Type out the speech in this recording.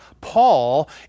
Paul